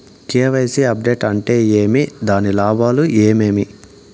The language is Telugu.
కె.వై.సి అప్డేట్ అంటే ఏమి? దాని లాభాలు ఏమేమి?